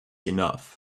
enough